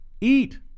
Eat